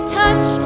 touch